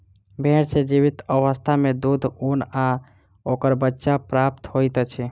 भेंड़ सॅ जीवित अवस्था मे दूध, ऊन आ ओकर बच्चा प्राप्त होइत अछि